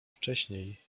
wcześniej